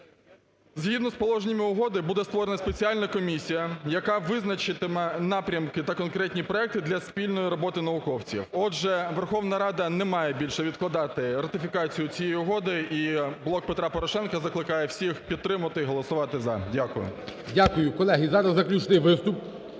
Згідно із положеннями угоди, буде створена спеціальна комісія, яка визначатиме напрямки та конкретні проекти для спільної роботи науковців. Отже, Верховна Рада немає більше відкладати ратифікацію цієї угоди і "Блок Петра Порошенка" закликає всіх підтримати і голосувати за. Дякую. ГОЛОВУЮЧИЙ. Дякую. Колеги, зараз заключний виступ.